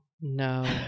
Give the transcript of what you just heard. no